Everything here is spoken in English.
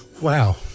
Wow